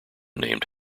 named